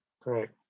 Correct